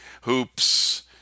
Hoops